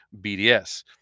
BDS